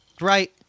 Right